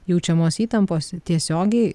jaučiamos įtampos tiesiogiai